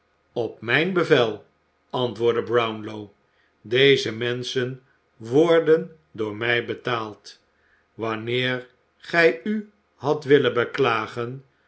op mijn bevel antwoordde brownlow deze monke bij den heer brownlow binnengeleid j menschen worden door mij betaald wanneer j gij u hadt willen beklagen